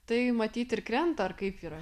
tai matyt ir krenta ar kaip yra